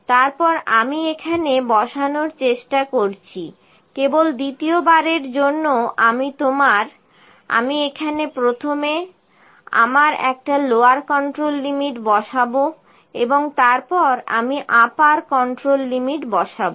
তারপর আমি এখানে বসানোর চেষ্টা করছি কেবল দ্বিতীয়বারের জন্য আমি তোমার আমি এখানে প্রথমে আমার একটা লোয়ার কন্ট্রোল লিমিট বসাবো এবং তারপর আমি আমার আপার কন্ট্রোল লিমিট বসাবো